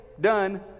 done